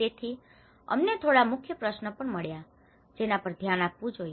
તેથી અમને થોડા મુખ્ય પ્રશ્નો પણ મળ્યા જેના પર ધ્યાન આપવું જોઈએ